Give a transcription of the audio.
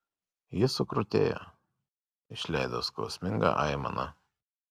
jis sukrutėjo išleido skausmingą aimaną